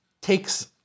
Takes